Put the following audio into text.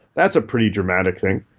that's a pretty dramatic thing.